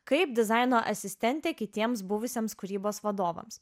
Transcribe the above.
kaip dizaino asistentė kitiems buvusiems kūrybos vadovams